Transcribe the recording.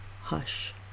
Hush